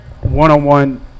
one-on-one